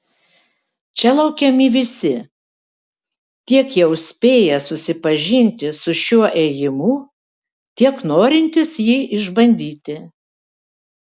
čia laukiami visi tiek jau spėję susipažinti su šiuo ėjimu tiek norintys jį išbandyti